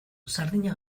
sardina